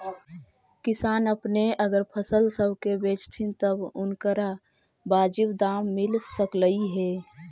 किसान अपने अगर फसल सब के बेचतथीन तब उनकरा बाजीब दाम मिल सकलई हे